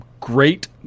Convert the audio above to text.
great